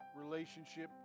relationship